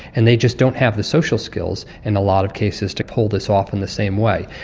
and they just don't have the social skills in a lot of cases to pull this off in the same way.